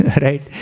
right